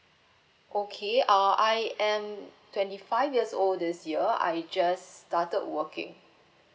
okay uh I am twenty five years old this year I just started working